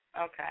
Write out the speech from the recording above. Okay